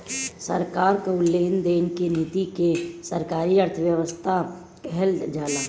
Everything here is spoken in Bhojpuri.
सरकार कअ लेन देन की नीति के सरकारी अर्थव्यवस्था कहल जाला